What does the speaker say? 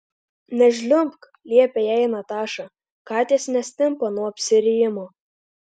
nežliumbk liepė jai nataša katės nestimpa nuo apsirijimo